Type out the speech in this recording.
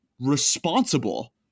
responsible